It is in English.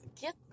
get